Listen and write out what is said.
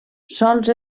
sols